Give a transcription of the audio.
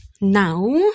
now